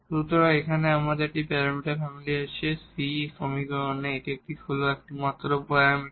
সুতরাং এখানে আমাদের এই একটি প্যারামিটার ফ্যামিলি আছে c এই সমীকরণে এটি হল একমাত্র প্যারামিটার